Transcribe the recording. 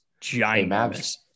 giant